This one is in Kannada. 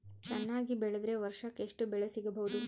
ಚೆನ್ನಾಗಿ ಬೆಳೆದ್ರೆ ವರ್ಷಕ ಎಷ್ಟು ಬೆಳೆ ಸಿಗಬಹುದು?